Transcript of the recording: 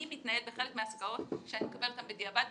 אני מתנהל בחלק מהעסקאות שאני מקבל אותן בדיעבד,